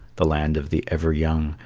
the land of the ever-young,